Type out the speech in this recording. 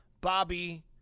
Bobby